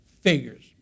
Figures